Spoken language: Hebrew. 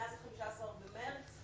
מאז ה-15 במרץ?